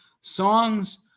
songs